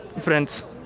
friends